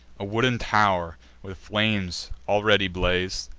a wooden tow'r with flames already blaz'd,